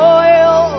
oil